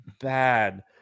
bad